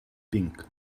pink